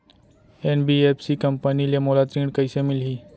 NBFC company ले मोला ऋण कइसे मिलही?